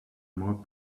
more